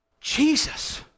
Jesus